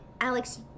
Alex